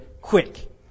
quick